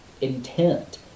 intent